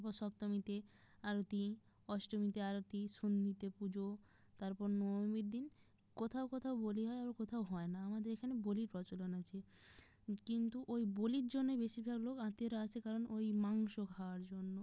আবার সপ্তমীতে আরতি অষ্টমীতে আরতি সন্ধিতে পুজো তারপর নবমীর দিন কোথাও কোথাও বলি হয় আবার কোথাও হয় না আমাদের এখানে বলির প্রচলন আছে কিন্তু ওই বলির জন্যই বেশিরভাগ লোক আত্মীয়রা আসে কারণ ওই মাংস খাওয়ার জন্য